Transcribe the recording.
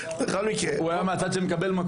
הוא היה מהצד שמקבל מכות.